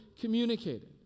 communicated